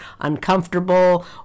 uncomfortable